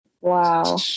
Wow